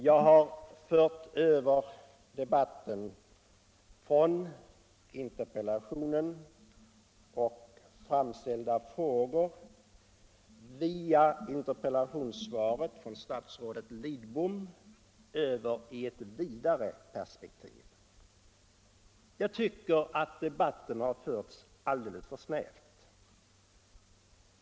Jag har fört över debatten från interpellationen och framställda frågor via statsrådet Lidboms interpellationssvar till ett vidare perspektiv. Jag tycker att debatten tidigare har rört sig inom alldeles för snäva gränser.